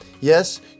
Yes